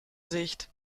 sicht